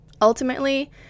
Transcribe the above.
Ultimately